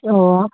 ꯑꯣ